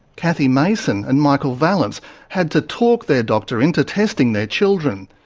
cathy mason and michael vallance had to talk their doctor into testing their children.